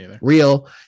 real